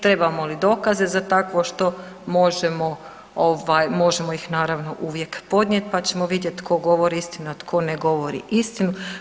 Trebamo li dokaze za takvo što, možemo, ovaj, možemo ih naravno uvijek podnijet, pa ćemo vidjet tko govori istinu, a tko ne govori istinu.